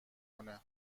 کنه